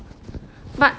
but